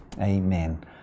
Amen